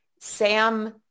Sam